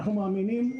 אנחנו מאמינים,